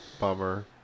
Bummer